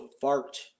fart